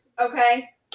Okay